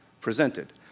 presented